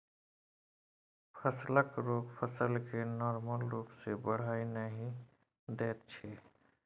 फसलक रोग फसल केँ नार्मल रुप सँ बढ़य नहि दैत छै